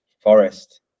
Forest